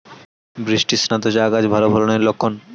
বৃষ্টিস্নাত চা গাছ ভালো ফলনের লক্ষন